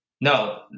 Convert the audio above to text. No